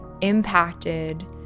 impacted